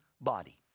body